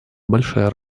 большая